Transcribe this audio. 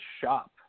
shop